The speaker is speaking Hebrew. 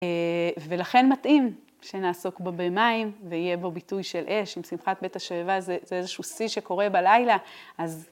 ולכן מתאים שנעסוק בה במים, ויהיה בו ביטוי של אש עם שמחת בית השואבה, זה איזשהו שיא שקורה בלילה. אז...